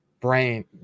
brain